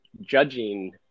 judging